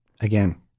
Again